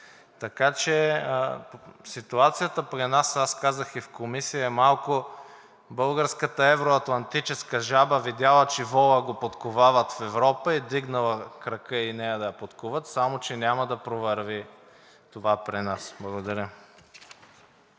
Така че ситуацията при нас, аз казах и в Комисията, е малко – българската евро-атлантическа жаба видяла, че вола го подковават в Европа, и вдигнала крака и нея да я подковат. Само че няма да провърви това при нас. Благодаря.